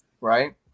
Right